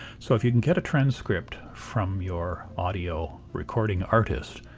so if you get a transcript from your audio recording artist,